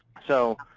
so